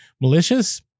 malicious